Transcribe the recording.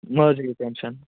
ما حظ یِیِو ٹٮ۪نشن